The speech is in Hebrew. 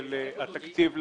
על התייעצות סיעתית.